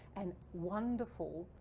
and wonderful,